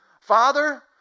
Father